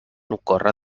ocórrer